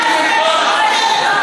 אני לא ציפיתי ממך,